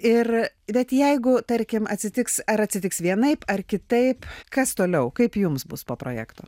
ir bet jeigu tarkim atsitiks ar atsitiks vienaip ar kitaip kas toliau kaip jums bus po projekto